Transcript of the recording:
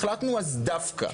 החלטנו אז דווקא.